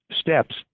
steps